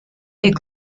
est